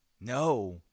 No